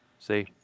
See